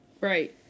Right